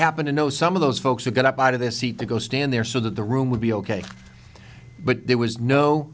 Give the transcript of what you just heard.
happen to know some of those folks who got up out of their seat to go stand there so that the room would be ok but there was